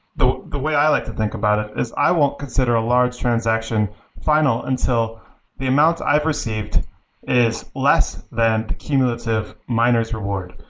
the the way i like to think about it is i won't consider a large transaction final until the amount i've received is less than the cumulative miner s reward.